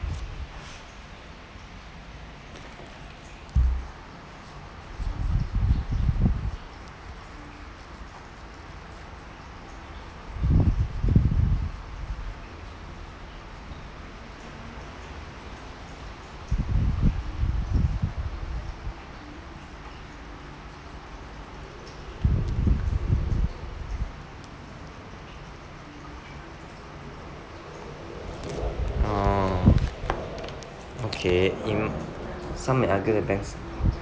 oh okay in some banks